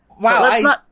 Wow